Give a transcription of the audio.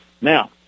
Now